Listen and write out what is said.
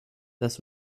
das